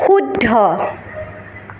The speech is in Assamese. শুদ্ধ